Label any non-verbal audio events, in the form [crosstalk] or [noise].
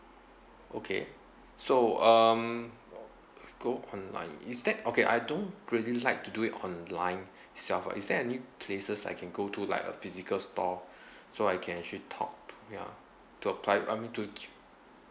okay so um [noise] go online is that okay I don't really like to do it online itself ah is there any places I can go to like a physical store [breath] so I can actually talk to ya to apply I mean to qu~